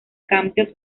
cambios